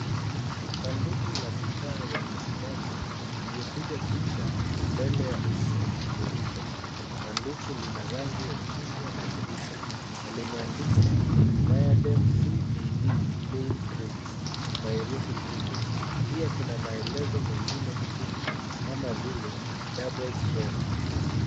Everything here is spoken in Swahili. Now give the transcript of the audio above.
Sanduku la bidhaa ya matibabu, lililopigwa picha mbele ya usuli mweupe. Sanduku lina rangi ya chungwa na nyeupe. Na limeandikwa, MYADERM CBD PAIN CREAM , kwa herufi kubwa. Pia kuna maelezo mengine muhimu kama vile double strength .